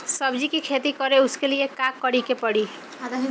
सब्जी की खेती करें उसके लिए का करिके पड़ी?